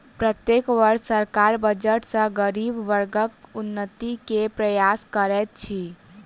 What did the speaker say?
प्रत्येक वर्ष सरकार बजट सॅ गरीब वर्गक उन्नति के प्रयास करैत अछि